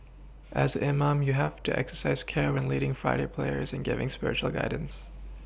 as imam you have to exercise care when leading Friday prayers and giving spiritual guidance